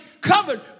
covered